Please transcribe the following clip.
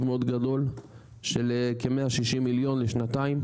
מאוד גדול של כ-160 מיליון לשנתיים,